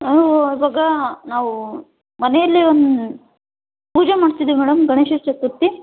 ನಾವು ಇವಾಗ ನಾವು ಮನೆಯಲ್ಲಿ ಒಂದು ಪೂಜೆ ಮಾಡ್ತಿದ್ದೀವಿ ಮೇಡಮ್ ಗಣೇಶ ಚತುರ್ಥಿ